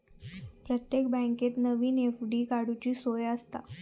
प्रत्येक बँकेत नवीन एफ.डी काडूची सोय आसता